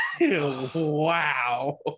wow